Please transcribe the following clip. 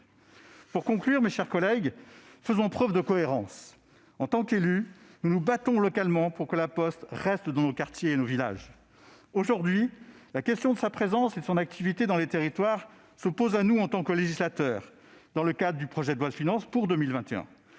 cohérence, mes chers collègues ! En tant qu'élus, nous nous battons localement pour que La Poste reste dans nos quartiers et nos villages. Aujourd'hui, la question de sa présence et de son activité dans les territoires se pose à nous, en tant que législateurs, dans le cadre du projet de loi de finances pour 2021.